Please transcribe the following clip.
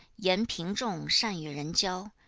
yan ping zhong shan yu ren jiao,